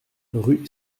rue